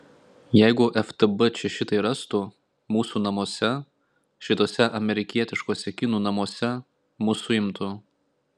jeigu ftb čia šitai rastų mūsų namuose šituose amerikietiškuose kinų namuose mus suimtų